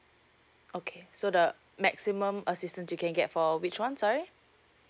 okay so the maximum assistant you can get for which one sorry